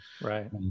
Right